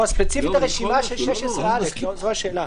ספציפית הרשימה של 16(א), זו השאלה.